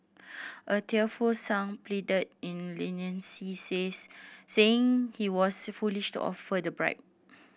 a tearful Sang pleaded in leniency says saying he was foolish to offer the bribe